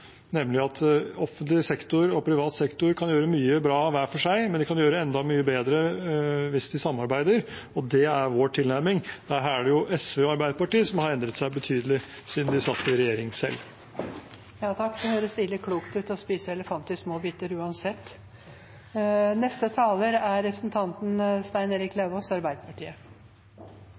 nemlig at offentlig og privat sektor kan gjøre mye bra hver for seg, men at de kan gjøre det enda mye bedre hvis de samarbeider. Det er vår tilnærming. Her er det jo SV og Arbeiderpartiet som har endret seg betydelig siden de satt i regjering selv. Det høres klokt ut å spise elefanter i små biter, uansett. Jeg må bare få reagere på representanten Eidsheims – som jeg oppfattet det – påstander om at det liksom er Arbeiderpartiet